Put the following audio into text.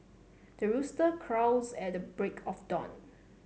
the rooster crows at the break of dawn